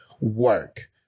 work